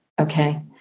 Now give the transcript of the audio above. Okay